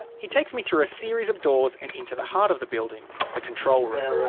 he takes me through a series of doors and into the heart of the building the control room.